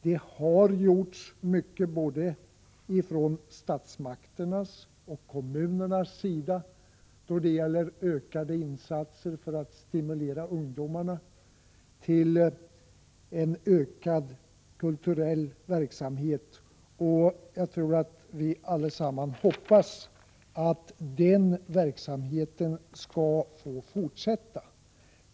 Det har gjorts mycket, både från statsmakternas och från kommunernas sida, då det gäller insatser för att stimulera ungdomarna till en ökad kulturverksamhet. Vi hoppas väl allesammans att denna verksamhet skall få fortsätta.